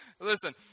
Listen